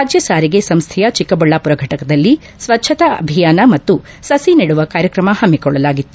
ರಾಜ್ಯ ಸಾರಿಗೆ ಸಂಸ್ಥೆಯ ಚಿಕ್ಕಬಳ್ಳಾಪುರ ಫಟಕದಲ್ಲಿ ಸ್ವಚ್ಛತಾ ಅಭಿಯಾನ ಮತ್ತು ಸಸಿ ನಡುವ ಕಾರ್ಯಕ್ರಮ ಹಮ್ಮಿಕೊಳ್ಳಲಾಗಿತ್ತು